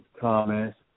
comments